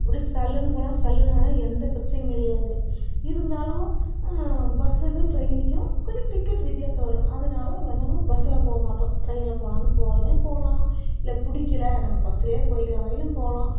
விடு சல்லுன்னு போகலாம் சல்லுன்னு வரலாம் எந்த பிரச்சனையும் கிடையாது இருந்தாலும் பஸ்ஸுக்கும் டிரெயினுக்கும் கொஞ்சம் டிக்கெட் வித்தியாசம் வரும் அதனால நம்ம என்னமோ பஸ்ஸில் போக மாட்டோம் டிரெயினில் போனாலும் போகறதும் போகலாம் இல்லை பிடிக்கல நம்ம பஸ்லயே போயிக்கலாமாதிரியிலும் போகலாம்